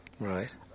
Right